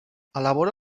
elabora